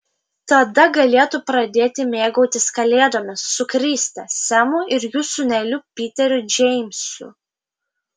tada galėtų pradėti mėgautis kalėdomis su kriste semu ir jų sūneliu piteriu džeimsu